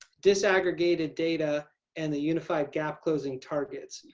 disaggregated data and the unified gap closing targets.